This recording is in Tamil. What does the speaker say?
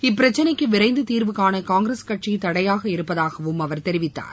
இப்பிரச்சனைக்கு விரைந்து தீர்வுகாண காங்கிரஸ் கட்சி தடையாக இருப்பதாகவும் அவர் தெரிவித்தார்